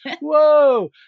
whoa